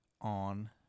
on